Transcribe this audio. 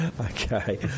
Okay